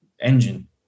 engine